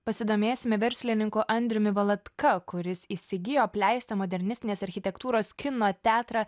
pasidomėsime verslininku andriumi valatka kuris įsigijo apleistą modernistinės architektūros kino teatrą